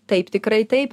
taip tikrai taip